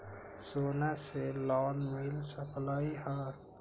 सोना से लोन मिल सकलई ह?